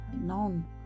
none